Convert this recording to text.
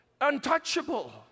untouchable